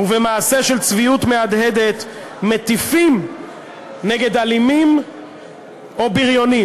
ובמעשה של צביעות מהדהדת מטיפים נגד אלימים או בריונים.